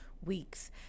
Weeks